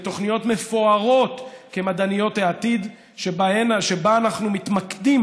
בתוכניות מפוארות למדעניות העתיד שבהן אנחנו מתמקדים